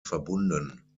verbunden